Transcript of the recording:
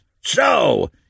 So